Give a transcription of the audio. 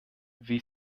wie